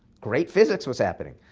great physics was happening.